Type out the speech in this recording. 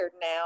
now